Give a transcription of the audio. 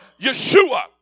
Yeshua